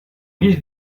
guise